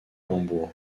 hambourg